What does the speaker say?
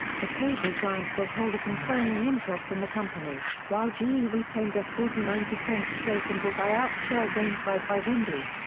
the cable giant will hold a controlling interest in the company, while ge retains a forty nine percent stake and will buy out shares owned by vivendi.